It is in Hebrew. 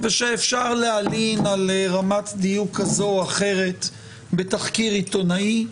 ושאפשר להלין על רמת דיוק כזו או אחרת בתחקיר עיתונאי.